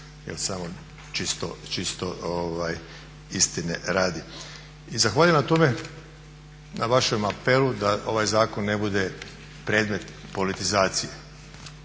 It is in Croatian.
evo samo čisto istine radi. I zahvaljujem na tome na vašem apelu da ovaj zakon ne bude predmet politizacije.